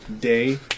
day